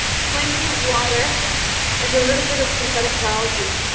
plenty of water and a little bit of synthetic biology,